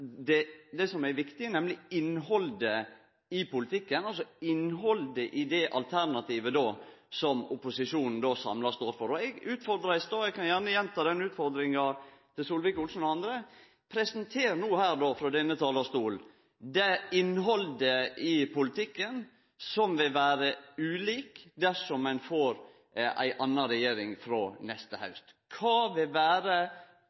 diskutere det som er viktig, nemleg innhaldet i politikken og innhaldet i det alternativet som opposisjonen samla står for. Eg utfordra i stad, og eg kan gjerne gjenta den utfordringa til Solvik-Olsen og andre: Presenter frå denne talarstolen det innhaldet i politikken som vil være ulikt dersom ein får ei anna regjering frå neste haust. Kva vil vere